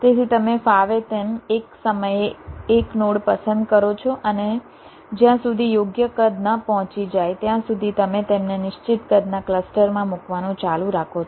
તેથી તમે ફાવે તેમ એક સમયે એક નોડ પસંદ કરો છો અને જ્યાં સુધી યોગ્ય કદ ન પહોંચી જાય ત્યાં સુધી તમે તેમને નિશ્ચિત કદના ક્લસ્ટરમાં મૂકવાનું ચાલુ રાખો છો